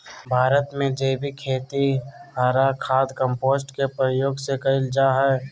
भारत में जैविक खेती हरा खाद, कंपोस्ट के प्रयोग से कैल जा हई